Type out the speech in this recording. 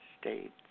States